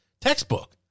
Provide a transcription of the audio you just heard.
Textbook